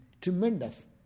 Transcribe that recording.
tremendous